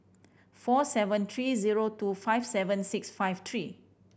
four seven three zero two five seven six five three